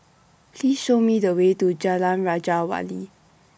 Please Show Me The Way to Jalan Raja Wali